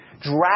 drag